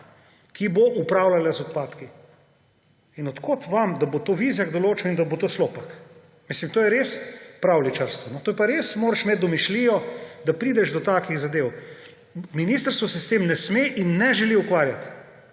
ki bo upravljala z odpadki. In od kod vam, da bo to Vizjak določil in da bo to Slopak. Mislim, to je res pravljičarstvo, to pa res moraš imeti domišljijo, da prideš do takih zadev. Ministrstvo se s tem ne sme in ne želi ukvarjati.